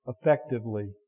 effectively